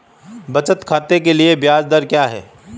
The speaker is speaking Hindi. बचत खाते के लिए ब्याज दर क्या है?